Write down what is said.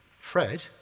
Fred